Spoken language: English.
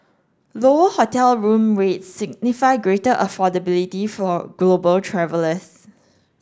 lower hotel room rates signify greater affordability for global travellers